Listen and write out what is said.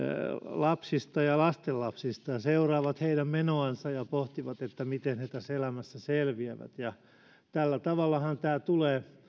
lapsista ja lastenlapsistaan seuraavat heidän menoansa ja pohtivat että miten he tässä elämässä selviävät tällä tavallahan tämä tulee